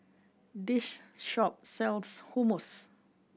this shop sells Hummus